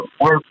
work